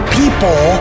people